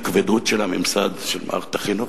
הכבדות של הממסד של מערכת החינוך,